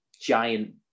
giant